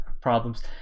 problems